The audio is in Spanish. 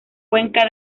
cuenca